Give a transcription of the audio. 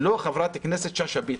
לא חברת הכנסת שאשא ביטון.